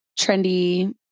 trendy